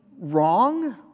wrong